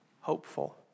hopeful